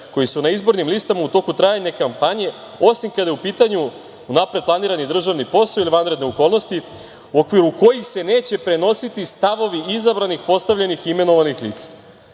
koji su na izbornim listama u toku trajanja kampanje, osim kada je u pitanju unapred planirani državni posao ili vanredne okolnosti, u okviru kojih se neće prenositi stavovi izabranih, postavljenih i imenovanih